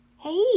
Hey